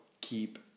keep